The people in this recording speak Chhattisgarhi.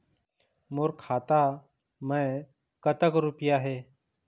मोर खाता मैं कतक रुपया हे?